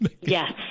Yes